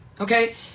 okay